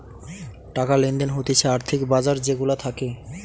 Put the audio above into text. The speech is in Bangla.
টাকা লেনদেন হতিছে আর্থিক বাজার যে গুলা থাকে